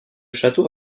château